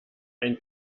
ein